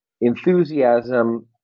enthusiasm